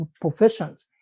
proficient